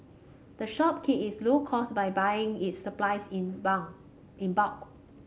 the shop key its low cost by buying its supplies in in bulk